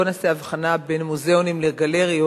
בוא נעשה הבחנה בין מוזיאונים לגלריות,